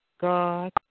God